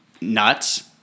nuts